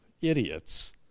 idiots